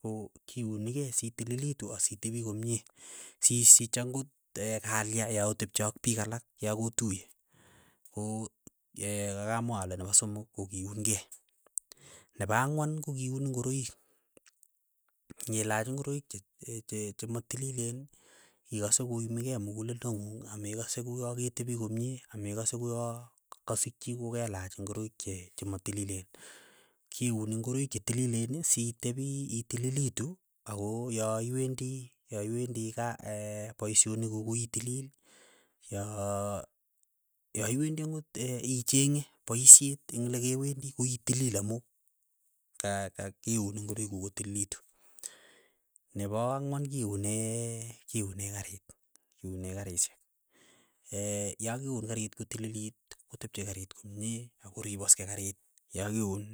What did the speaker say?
Ko kiuni kei sitililitu asitepi komie, siisich ang'ot kalya ya otepche ak piik alak ya kotuye, ko kakamwa kole nepo somok ko kiunkei, nepo ang'wan ko kiun ingoroik, ng'inyilach ing'oroik che che che che matilileen ikase koimi kei mukuleldo ng'ung amekase uyo ketepi komie amekase kuyo ka kasikchi kokelach ngoroik chematililen, kiuni ngoroik chetilileen sitepi itililitu ako ya iwendi ya iwendi ka paishonik kuk koitilil ya yaiwendi ang'ot ichenge paishet eng' lekewendi koitilil amu ka- ka keuun ingoroik kuk kotililitu, nepo ang'wan keune kiune karit, kiune karishek, yakeun karit kotililit kotepche karit komie akoriposke karit ya keun,